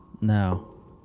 No